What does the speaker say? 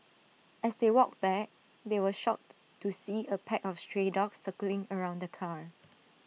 as they walked back they were shocked to see A pack of stray dogs circling around the car